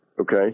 okay